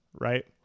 right